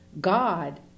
God